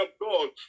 God